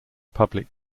public